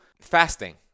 fasting